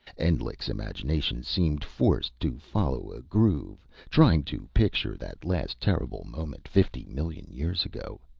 endlich's imagination seemed forced to follow a groove, trying to picture that last terrible moment, fifty-million years ago.